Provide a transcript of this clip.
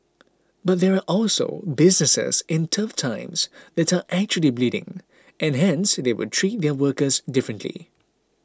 but there are also businesses in tough times that are actually bleeding and hence they would treat their workers differently